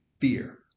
fear